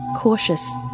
Cautious